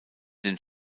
den